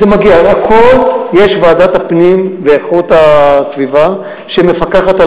יש ועדת הפנים והגנת הסביבה שמפקחת על